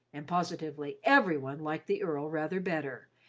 and positively every one liked the earl rather better,